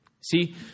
See